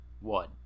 One